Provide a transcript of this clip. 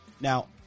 Now